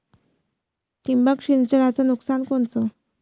ठिबक सिंचनचं नुकसान कोनचं?